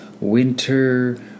winter